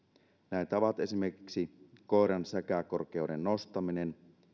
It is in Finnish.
näitä ovat esimerkiksi koiran säkäkorkeuden nostaminen